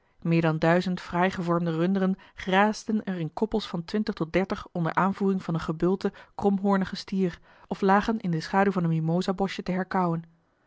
meer dan duizend fraai gevormde runderen graasden er in koppels van twintig tot dertig onder aanvoering van een gebulten kromhoornigen stier of lagen in de schaduw van een mimosaboschje te herkauwen